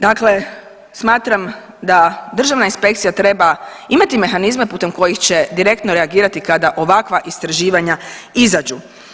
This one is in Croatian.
Dakle, smatram da državna inspekcija treba imati mehanizme putem kojih će direktno reagirati kada ovakva istraživanja izađu.